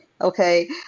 Okay